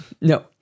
No